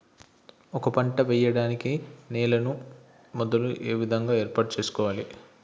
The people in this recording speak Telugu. ఒక పంట వెయ్యడానికి నేలను మొదలు ఏ విధంగా ఏర్పాటు చేసుకోవాలి?